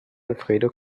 alfredo